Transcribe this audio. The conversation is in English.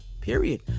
Period